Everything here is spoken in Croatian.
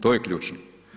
To je ključno.